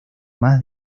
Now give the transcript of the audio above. más